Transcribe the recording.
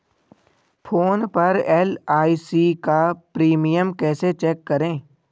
Phone पर LIC का premium कैसे चेक करें?